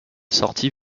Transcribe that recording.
sortit